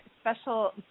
special